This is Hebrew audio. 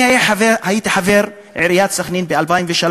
אני הייתי חבר עיריית סח'נין ב-2003,